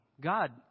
God